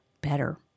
better